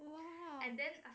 !wow!